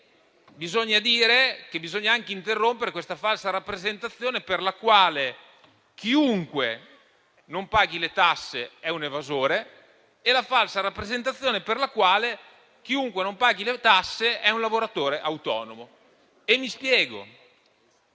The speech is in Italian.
Bisogna anche interrompere una falsa rappresentazione per la quale chiunque non paghi le tasse è un evasore e quella per cui chiunque non paghi le tasse è un lavoratore autonomo.